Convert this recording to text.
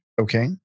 Okay